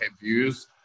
views